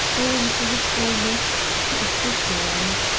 owing to his illness, he is ignorant.